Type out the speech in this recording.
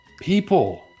People